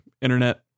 internet